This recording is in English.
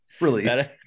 release